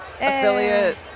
affiliate